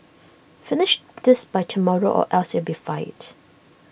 finish this by tomorrow or else you'll be fired